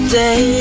day